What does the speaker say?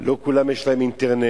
לא כולם יש להם אינטרנט,